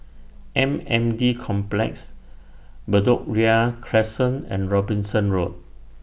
M N D Complex Bedok Ria Crescent and Robinson Road